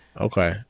Okay